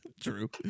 true